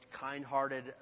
kind-hearted